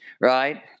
right